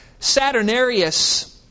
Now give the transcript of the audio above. Saturnarius